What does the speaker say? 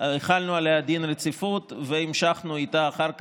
החלנו עליה דין רציפות והמשכנו איתה אחר כך,